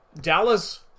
Dallas